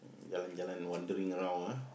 jalan-jalan wondering around ah